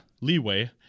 leeway